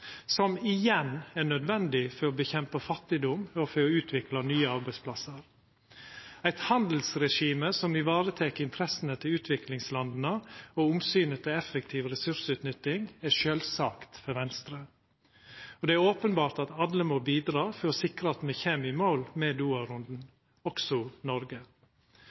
som igjen er nødvendig for å kjempa mot fattigdom og for å utvikla nye arbeidsplassar. Eit handelsregime som varetek interessene til utviklingslanda og omsynet til effektiv ressursutnytting, er sjølvsagt for Venstre. Det er openbert at alle må bidra for å sikra at me kjem i mål med Doha-runden – også Noreg.